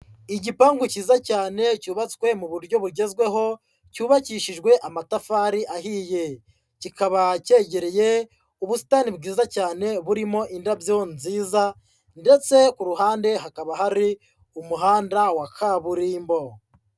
Igipangu cyiza cyane cyubatswe mu buryo bugezweho cyubakishijwe amatafari ahiye, kikaba cyegereye ubusitani bwiza cyane burimo indabyo nziza ndetse ku ruhande hakaba hari umuhanda wa kaburimbo.